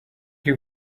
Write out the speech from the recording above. you